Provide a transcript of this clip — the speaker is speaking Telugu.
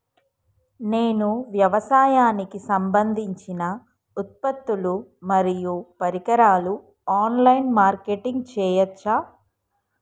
నేను వ్యవసాయానికి సంబంధించిన ఉత్పత్తులు మరియు పరికరాలు ఆన్ లైన్ మార్కెటింగ్ చేయచ్చా?